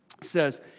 says